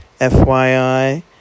FYI